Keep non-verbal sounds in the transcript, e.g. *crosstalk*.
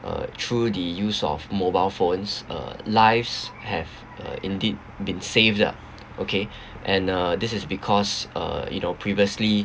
err through the use of mobile phones err lives have err indeed been saved lah okay *breath* and uh this is because uh you know previously